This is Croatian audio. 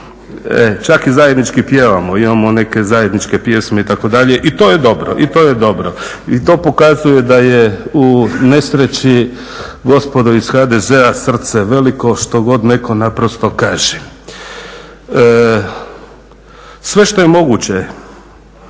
Čak i zajednički pjevamo, imamo neke zajedničke pjesme itd. I to je dobro. I to pokazuje da je u nesreći gospodo iz HDZ-a srce veliko što god netko naprosto kaže. Sve što je moguće